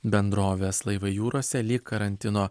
bendrovės laivai jūrose lyg karantino